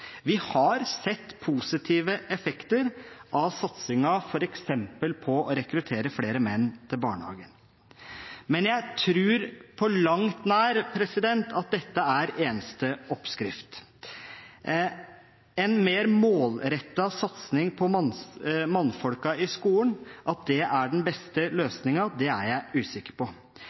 Vi har sett positive effekter av satsingen f.eks. på å rekruttere flere menn til barnehagen. Men jeg tror på langt nær at dette er eneste oppskrift. En mer målrettet satsing på mannfolk i skolen, at det er den beste løsningen, er jeg usikker på.